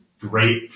great